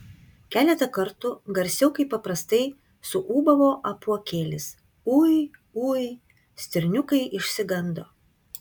keletą kartų garsiau kaip paprastai suūbavo apuokėlis ui ui stirniukai išsigando